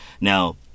Now